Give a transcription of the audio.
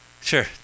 Sure